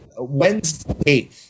Wednesday